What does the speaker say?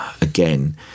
again